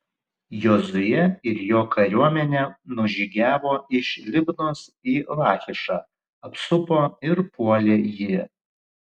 jozuė ir jo kariuomenė nužygiavo iš libnos į lachišą apsupo ir puolė jį